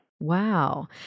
Wow